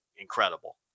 incredible